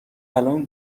الان